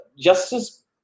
Justice